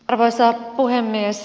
arvoisa puhemies